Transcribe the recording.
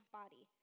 body